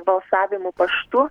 balsavimu paštu